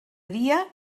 dia